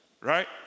Right